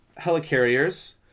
helicarriers